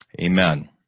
Amen